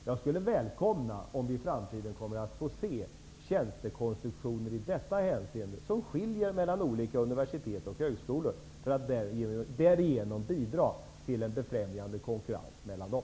Jag skulle välkomna om vi i framtiden får se tjänstekonstruktioner som i detta hänseende skiljer sig mellan olika universitet och högskolor, för att därigenom bidra till en befrämjande konkurrens mellan dem.